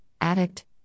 addict